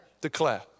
declare